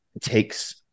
takes